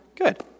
Good